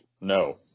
No